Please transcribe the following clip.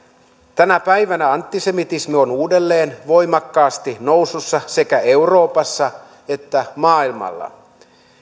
tänä päivänä antisemitismi on uudelleen voimakkaasti nousussa sekä euroopassa että maailmalla